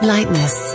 Lightness